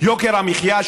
יוקר המחיה,